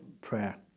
prayer